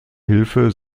hilfe